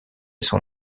son